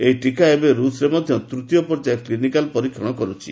ଏହି ଟୀକାର ଏବେ ରୁଷରେ ମଧ୍ୟ ତୁଡୀୟ ପର୍ଯ୍ୟାୟ କ୍ଲିନିକାଲ୍ ପରୀକ୍ଷଣ କରୁଛି